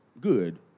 good